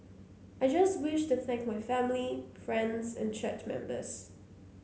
I just wish to thank my family friends and church members